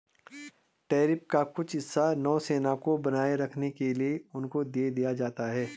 tariff का कुछ हिस्सा नौसेना को बनाए रखने के लिए उनको दे दिया जाता है